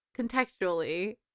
contextually